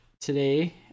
today